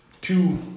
two